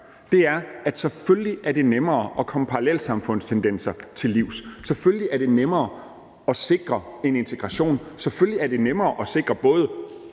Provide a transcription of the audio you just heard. sige, at selvfølgelig er det nemmere at komme parallelsamfundstendenser til livs, selvfølgelig er det nemmere at sikre en integration og selvfølgelig er det nemmere at sikre både